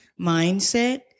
mindset